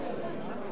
רבותי השרים,